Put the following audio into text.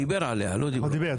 דיבר עליה, לא דיברו.